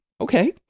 Okay